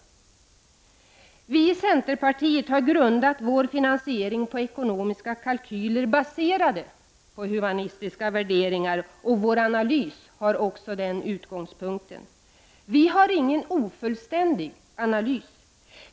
1 Vi i centerpartiet har grundat vår finansiering på ekonomiska kalkyler, baserade på humana värderingar, och vår analys har också den utgångspunkten. Vi har ingen ofullständig analys.